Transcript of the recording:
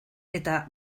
eta